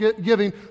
giving